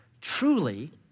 truly